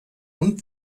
und